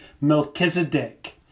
Melchizedek